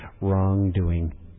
Wrongdoing